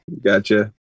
gotcha